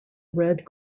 red